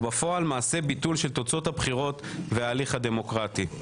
בפועל מעשה ביטול של תוצאות הבחירות וההליך הדמוקרטי.